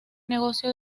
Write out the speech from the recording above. negocio